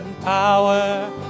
power